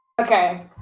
Okay